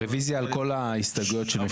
רביזיה על כל ההסתייגויות של מפלגת העבודה.